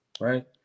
right